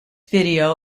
video